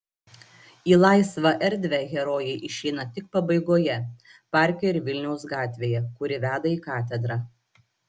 į laisvą erdvę herojai išeina tik pabaigoje parke ir vilniaus gatvėje kuri veda į katedrą